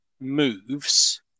moves